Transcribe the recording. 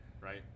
Right